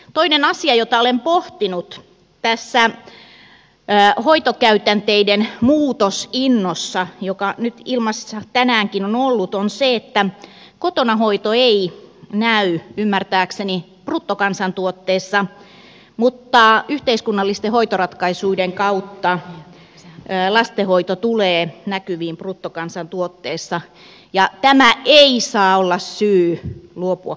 toinen asia jota olen pohtinut tässä hoitokäytänteiden muutosinnossa joka nyt ilmassa tänäänkin on ollut on se että kotonahoito ei näy ymmärtääkseni bruttokansantuotteessa mutta yhteiskunnallisten hoitoratkaisujen kautta lastenhoito tulee näkyviin bruttokansantuotteessa ja tämä ei saa olla syy luopua kotihoidon tuesta